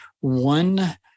One